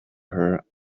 her